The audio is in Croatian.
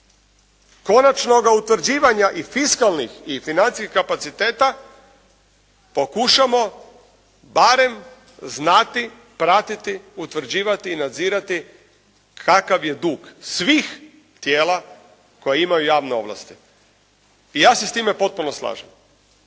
konačnoga utvrđivanja i fiskalnih i financijskih kapaciteta pokušamo barem znati pratiti, utvrđivati i nadzirati kakav je dug svih tijela koje imaju javne ovlasti. I ja se s time potpuno slažem.